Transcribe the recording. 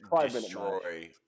destroy